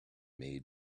made